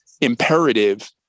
imperative